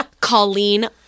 Colleen